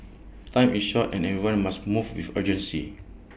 time is short and everyone must move with urgency